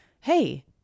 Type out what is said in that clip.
hey